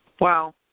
Wow